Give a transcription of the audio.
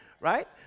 right